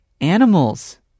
animals